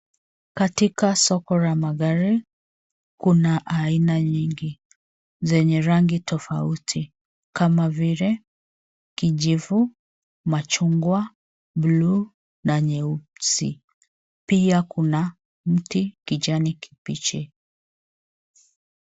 Katika soko la magari, kuna aina nyingi, zenye rangi tofauti kama vile kijivu, machungwa, buluu na nyeusi. Pia kuna mti kijani kibichi.